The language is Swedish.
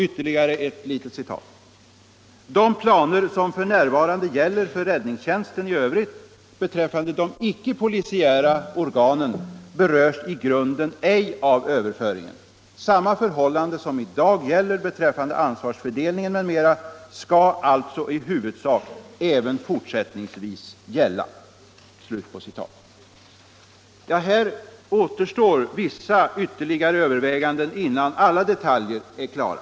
—-- De planer som f. n. gäller för räddningstjänsten i övrigt beträffande de icke-polisiära organen berörs i grunden ej av överföringen. Samma förhållande som i dag gäller beträffande ansvarsfördelningen m.m. skall alltså i huvudsak även fortsättningsvis gälla.” Här återstår vissa ytterligare överväganden innan alla detaljer är klara.